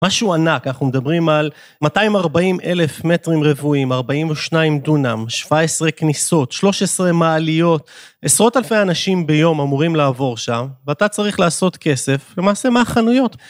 משהו ענק, אנחנו מדברים על 240 אלף מטרים רבועים, 42 דונם, 17 כניסות, 13 מעליות, עשרות אלפי אנשים ביום אמורים לעבור שם, ואתה צריך לעשות כסף, למעשה מהחנויות